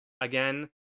again